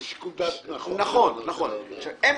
זה שיקול דעת נכון של הנהג.